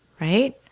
right